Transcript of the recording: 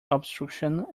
obstruction